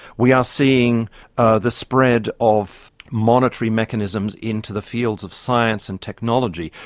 we are seeing ah the spread of monitory mechanisms into the fields of science and technology.